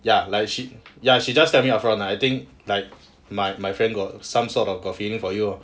ya like she ya she just tell me on phone I think like my my friend got some sort of got feeling for you lor